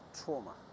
trauma